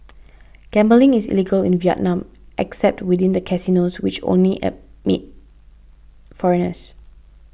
gambling is illegal in Vietnam except within the casinos which only admit foreigners